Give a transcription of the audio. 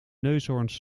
neushoorns